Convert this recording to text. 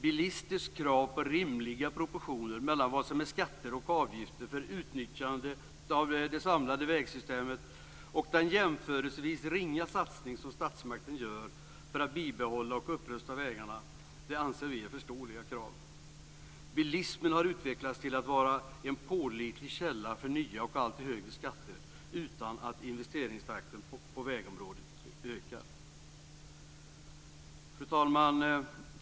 Bilisters krav på rimliga proportioner mellan skatter och avgifter för utnyttjandet av det samlade vägsystemet och den jämförelsevis ringa satsning som statsmakten gör för att bibehålla och upprusta vägarna anser vi är förståeliga. Bilismen har utvecklats till att vara en pålitlig källa för nya och allt högre skatter utan att investeringstakten på vägområdet ökar. Fru talman!